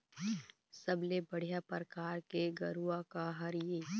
सबले बढ़िया परकार के गरवा का हर ये?